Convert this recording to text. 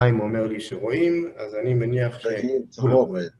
חיים אומר לי שרואים, אז אני מניח שזה לא עובד.